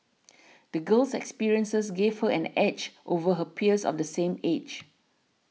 the girl's experiences gave her an edge over her peers of the same age